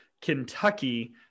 Kentucky